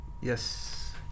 Yes